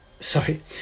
Sorry